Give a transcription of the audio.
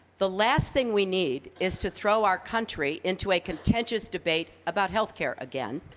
the last thing we need is to throw our country into a contentious debate about health care again.